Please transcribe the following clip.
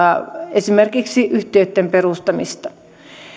esimerkiksi yhtiöitten perustamista